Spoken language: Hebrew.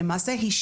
ולמעשה,